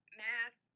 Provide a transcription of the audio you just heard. math